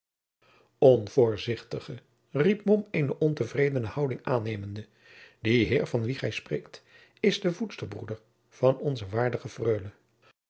hebben onvoorzichtige riep mom eene ontevredene houding aannemende die heer van wien gij spreekt is de voedsterbroeder van onze waardige